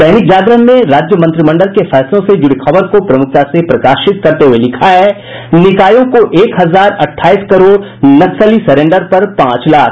दैनिक जागरण ने राज्य मंत्रिमंडल के फैसलों से जुड़ी खबर को प्रमुखता से प्रकाशित करते हुये लिखा है निकायों को एक हजार अठाईस करोड़ नक्सली सरेंडर पर पांच लाख